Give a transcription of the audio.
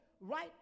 right